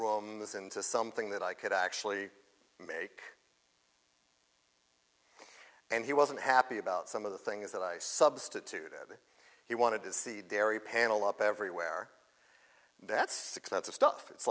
rooms into something that i could actually make and he wasn't happy about some of the things that i substituted he wanted to see dairy panel up everywhere that's six months of stuff it's